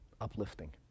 uplifting